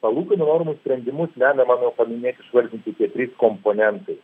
palūkanų normų sprendimus lemia mano paminėti išvardinti tie trys komponentai